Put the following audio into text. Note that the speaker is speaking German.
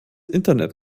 internet